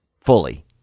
Fully